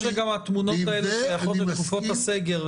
אני חושב שגם התמונות האלה שייכות לתקופות הסגר,